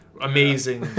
amazing